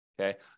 Okay